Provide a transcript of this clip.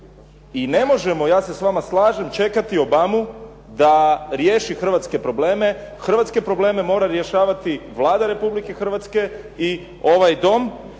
I ne možemo, ja se s vama slažem, čekati Obamu da riješi hrvatske probleme. Hrvatske probleme mora rješavati Vlada Republike Hrvatske i ovaj Dom